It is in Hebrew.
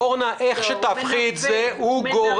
לא, הוא מנוון.